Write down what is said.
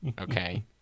okay